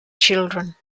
children